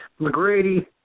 McGrady